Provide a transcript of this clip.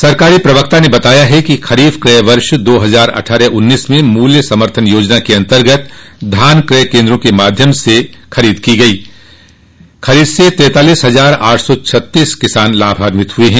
सरकारी प्रवक्ता ने बताया है कि खरीफ कय वर्ष दो हजार अट्ठारह उन्नीस में मूल समर्थन योजना के अन्तर्गत धान कय केन्द्रों के माध्यम से खरीद की गयी इस खरीद से तैतालीस हजार आठ सौ छत्तीस किसान लाभान्वित हुए हैं